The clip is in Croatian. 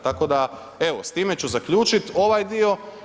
Tako da, evo s time ću zaključiti ovaj dio.